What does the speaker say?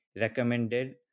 recommended